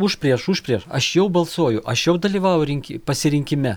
už prieš už prieš aš jau balsuoju aš jau dalyvauju rinki pasirinkime